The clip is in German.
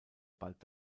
bald